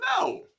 No